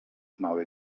mały